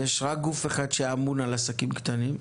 יש רק גוף אחד שאמון על עסקים קטנים,